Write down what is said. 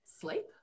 sleep